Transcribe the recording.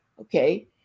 Okay